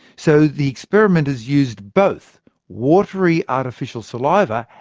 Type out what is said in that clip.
so the experimenters used both watery artificial saliva,